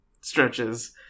stretches